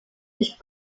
dich